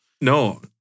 No